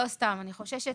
אני חוששת